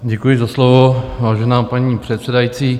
Děkuji za slovo, vážená paní předsedající.